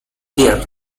there